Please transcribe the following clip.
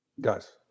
Guys